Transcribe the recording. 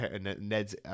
Ned's, –